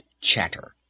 chatter